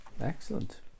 excellent